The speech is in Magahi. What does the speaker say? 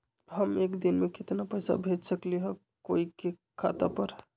हम एक दिन में केतना पैसा भेज सकली ह कोई के खाता पर?